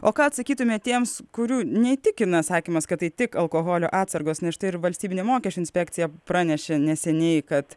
o ką atsakytumėt tiems kurių neįtikina sakymas kad tai tik alkoholio atsargos nes štai ir valstybinė mokesčių inspekcija pranešė neseniai kad